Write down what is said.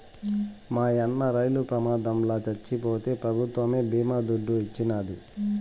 మాయన్న రైలు ప్రమాదంల చచ్చిపోతే పెభుత్వమే బీమా దుడ్డు ఇచ్చినాది